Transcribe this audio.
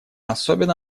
особенно